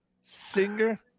singer